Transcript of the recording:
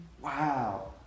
Wow